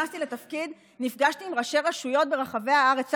כשנכנסתי לתפקיד נפגשתי עם ראשי רשויות ברחבי הארץ.